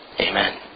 Amen